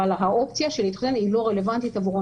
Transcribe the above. אבל האופציה של להתחסן היא לא רלוונטית עבורו